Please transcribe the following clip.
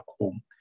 home